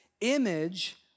image